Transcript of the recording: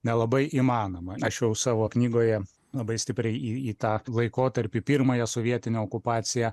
nelabai įmanoma aš jau savo knygoje labai stipriai į į tą laikotarpį pirmąją sovietinę okupaciją